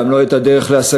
גם לא את הדרך להשגתו.